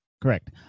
Correct